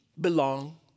belong